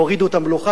הורידו את המלוכה,